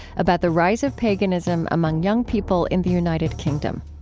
about the rise of paganism among young people in the united kingdom